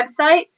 website